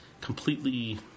completely